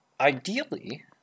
ideally